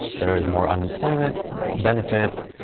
there's more unemployment benefits,